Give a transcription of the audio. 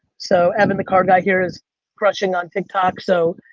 so evan, thecardguy here is crushing on tiktok. so,